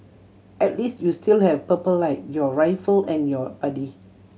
at least you still have Purple Light your rifle and your buddy